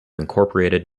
incorporated